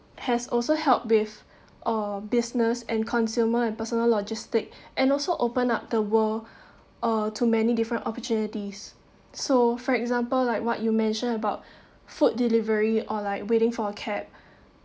has also help with uh business and consumer and personal logistic and also open up the world or too many different opportunities so for example like what you mentioned about food delivery or like waiting for a cab